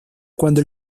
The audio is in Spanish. cuando